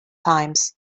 times